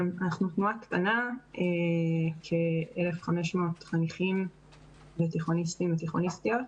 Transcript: אנחנו תנועה קטנה של כ-1,500 חניכים ותיכוניסטים ותיכוניסטיות.